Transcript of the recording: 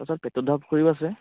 তাৰ পিছত পেটু ধোৱা পুখুৰীও আছে